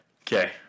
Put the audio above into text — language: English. Okay